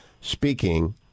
speaking